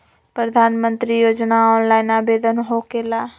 प्रधानमंत्री योजना ऑनलाइन आवेदन होकेला?